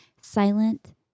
silent